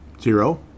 Zero